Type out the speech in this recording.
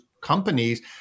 companies